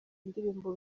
indirimbo